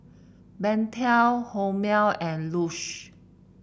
Pentel Hormel and Lush